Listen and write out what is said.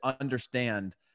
understand